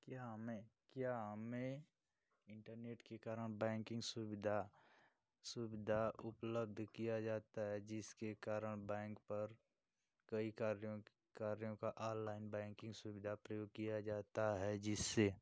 क्या हमें क्या हमें इंटरनेट के कारण बैंकिंग सुविधा सुविधा उपलब्ध किया जाता है जिसके कारण बैंक पर कई कार्यों कार्यों का ऑलाइन बैंकिंग सुविधा प्रयोग किया जाता है जिससे